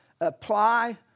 apply